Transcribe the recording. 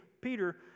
Peter